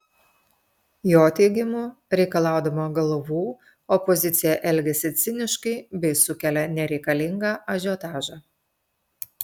jo teigimu reikalaudama galvų opozicija elgiasi ciniškai bei sukelia nereikalingą ažiotažą